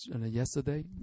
yesterday